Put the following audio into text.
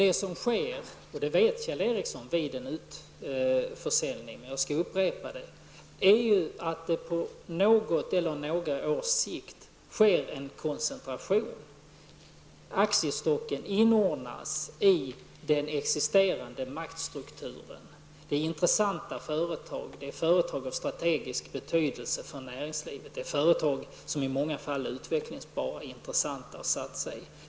Vad som sker -- och det vet Kjell Ericsson, men jag skall upprepa det -- vid en utförsäljning är att det på något eller några års sikt blir en koncentration. Aktiestocken inordnads i den existerande maktstrukturen. Det rör sig om intressanta företag av strategisk betydelse för näringslivet och företag som i många fall är utvecklingsbara och därför intressanta att satsa i.